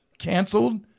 Canceled